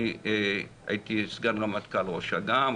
אני הייתי סגן רמטכ"ל ראש אג"ם,